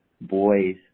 boys